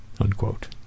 unquote